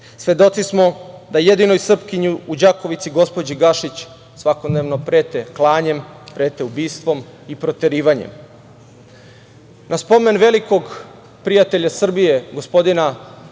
Svedoci smo da jedinoj Srpkinji u Đakovici, gospođi Gašić svakodnevno prete klanjem, prete ubistvom i proterivanjem. Na spomen velikog prijatelja Srbije gospodina Viktora